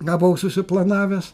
ką buvau susiplanavęs